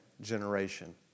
generation